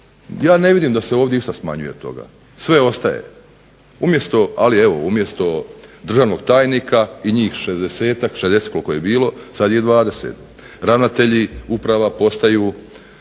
ja ne vidim da se ovdje išta smanjuje od toga, sve ostaje, umjesto državnog tajnika njih 60-tak koji je bilo sada ih je 20. Ravnatelji uprava postaju